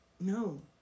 no